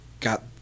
got